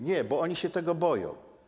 Nie, bo oni się tego boją.